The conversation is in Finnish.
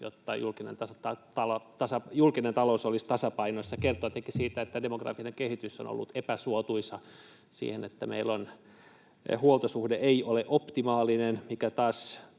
jotta julkinen talous olisi tasapainossa. Se kertoo tietenkin siitä, että demografinen kehitys on ollut epäsuotuisa siihen nähden, niin että meillä huoltosuhde ei ole optimaalinen, mikä taas